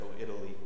Italy